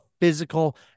physical